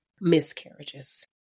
miscarriages